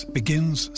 begins